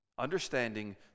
understanding